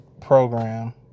program